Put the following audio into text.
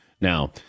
now